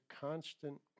constant